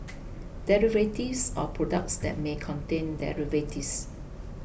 derivatives or products that may contain derivatives